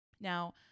Now